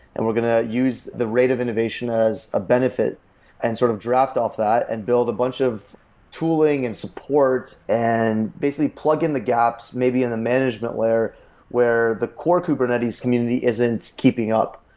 and we're going to use the rate of innovation as a benefit and sort of draft off that and build a bunch of tooling and support and, basically, plug in the gaps, maybe in the management layer where the core kubernetes community isn't keeping up.